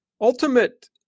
ultimate